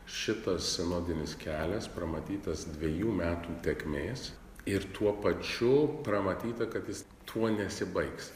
šitas sinodinis kelias pramatytas dvejų metų tėkmės ir tuo pačiu pramatyta kad jis tuo nesibaigs